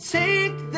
take